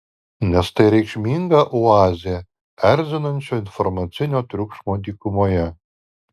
nes tai reikšminga oazė erzinančio informacinio triukšmo dykumoje